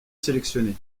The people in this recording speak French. sélectionné